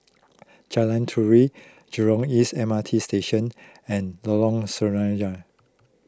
Jalan Turi Jurong East M R T Station and Lorong Sinaran